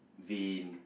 vain